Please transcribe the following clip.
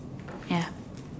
ya